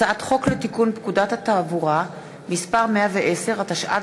הצעת חוק לתיקון פקודת התעבורה (מס' 110), התשע"ד